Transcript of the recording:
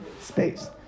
space